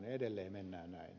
ja edelleen mennään näin